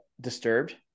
disturbed